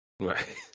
Right